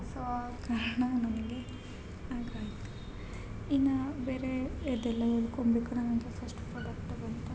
so ಆ ಕಾರಣ ನನಗೆ ಹಾಗಾಯಿತು ಇನ್ನ ಬೇರೆ ಅದೆಲ್ಲ ಹೇಳ್ಕೊಬೇಕು ನನಗೆ ಫಸ್ಟ್ ಪ್ರಾಡಕ್ಟ್ ಬಂತು ಅಂತ